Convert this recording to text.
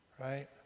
right